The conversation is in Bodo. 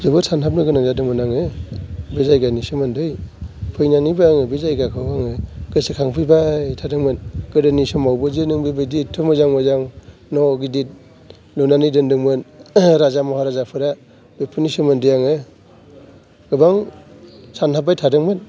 जोबोर सानहाबनो गोनां जादोंमोन आङो बे जायगानि सोमोन्दै फैनानैबो आङो बे जायगाखौ आङो गोसोखांफैबाय थादोंमोन गोदोनि समावबो जे नों बेबादि एथथ' मोजां मोजां न' गिदिर लुनानै दोन्दोंमोन राजा महाराजाफ्रा बेफोरनि सोमोन्दै आङो गोबां सानहाबबाय थादोंमोन